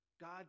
God